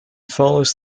follows